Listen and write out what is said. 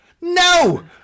No